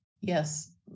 Yes